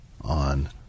on